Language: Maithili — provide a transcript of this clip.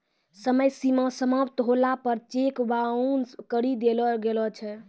समय सीमा समाप्त होला पर चेक बाउंस करी देलो गेलो छै